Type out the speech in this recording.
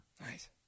Nice